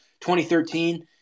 2013